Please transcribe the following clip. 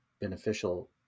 beneficial